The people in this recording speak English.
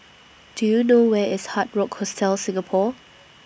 Do YOU know Where IS Hard Rock Hostel Singapore